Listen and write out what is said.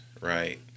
right